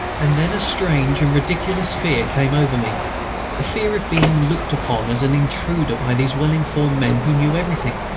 and then a strange and ridiculous fear came over me the fear of being looked upon as an intruder by these well-informed men who knew everything.